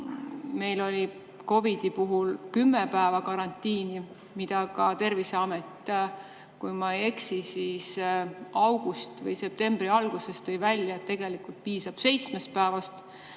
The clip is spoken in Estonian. Meil oli COVID-i puhul kümme päeva karantiin, mille kohta ka Terviseamet, kui ma ei eksi, augusti või septembri alguses tõi välja, et tegelikult piisab seitsmest päevast.